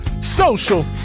social